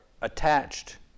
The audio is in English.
attached